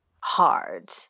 hard